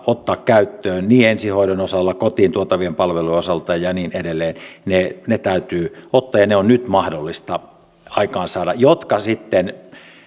ottaa käyttöön ensihoidon osalta kotiin tuotavien palvelujen osalta ja ja niin edelleen täytyy ottaa ja ne on nyt mahdollista aikaansaada ja ne sitten